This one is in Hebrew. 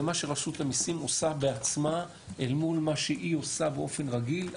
זה מה שרשות המיסים עושה בעצמה אל מול מה שהיא עושה באופן רגיל.